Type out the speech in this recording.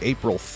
April